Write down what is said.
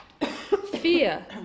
fear